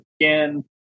again